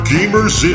Gamers